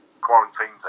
quarantine's